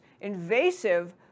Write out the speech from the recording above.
invasive